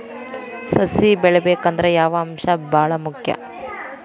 ಸಸಿ ಬೆಳಿಬೇಕಂದ್ರ ಯಾವ ಅಂಶ ಭಾಳ ಮುಖ್ಯ?